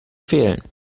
fehlen